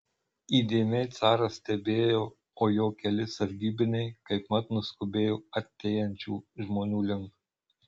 įdėmiai caras stebėjo o jo keli sargybiniai kaipmat nuskubėjo artėjančių žmonių link